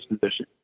position